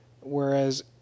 whereas